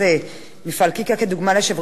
של עסקים קטנים בישראל והסכנה למאות עובדים,